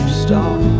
stop